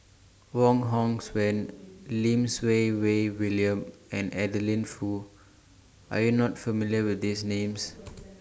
Wong Hong Suen Lim Siew Wai William and Adeline Foo Are YOU not familiar with These Names